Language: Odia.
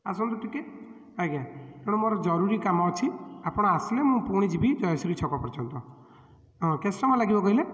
ଆସନ୍ତୁ ଟିକିଏ ଆଜ୍ଞା ତେଣୁ ମୋର ଜରୁରୀ କାମ ଅଛି ଆପଣ ଆସିଲେ ମୁଁ ପୁଣି ଯିବି ଜୟଶ୍ରୀ ଛକ ପର୍ଯ୍ୟନ୍ତ କେତେ ସମୟ ଲାଗିବ କହିଲେ